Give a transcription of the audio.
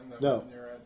No